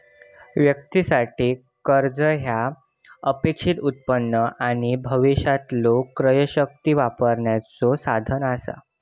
व्यक्तीं साठी, कर्जा ह्या अपेक्षित उत्पन्न आणि भविष्यातलो क्रयशक्ती वापरण्याचो साधन असा